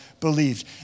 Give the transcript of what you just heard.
believed